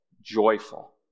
joyful